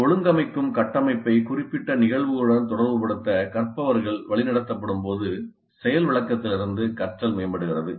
ஒரு ஒழுங்கமைக்கும் கட்டமைப்பை குறிப்பிட்ட நிகழ்வுகளுடன் தொடர்புபடுத்த கற்பவர்கள் வழிநடத்தப்படும்போது செயல் விளக்கத்திலிருந்து கற்றல் மேம்படுகிறது